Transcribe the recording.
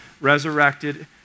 resurrected